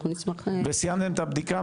וסיימתם את הבדיקה,